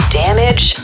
damage